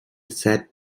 sat